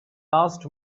asked